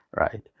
right